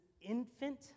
infant